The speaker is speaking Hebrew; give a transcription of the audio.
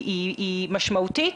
היא משמעותית.